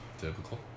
Typical